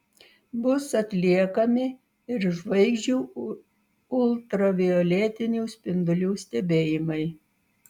bus atliekami ir žvaigždžių ultravioletinių spindulių stebėjimai